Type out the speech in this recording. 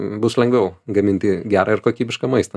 bus lengviau gaminti gerą ir kokybišką maistą